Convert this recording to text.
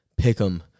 Pick'Em